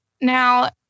Now